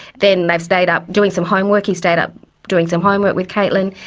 then they've stayed up doing some homework, he stayed up doing some homework with caitlin,